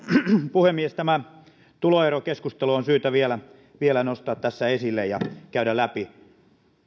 puhemies tämä tuloerokeskustelu on syytä vielä vielä nostaa tässä esille ja käydä läpi